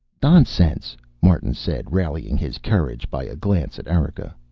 nonsense, martin said, rallying his courage by a glance at erika.